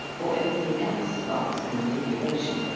or anything else but configuration.